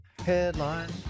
Headlines